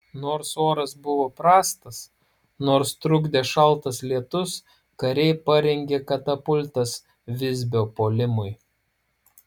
nors oras buvo prastas nors trukdė šaltas lietus kariai parengė katapultas visbio puolimui